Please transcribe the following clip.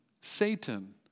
Satan